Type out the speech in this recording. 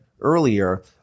earlier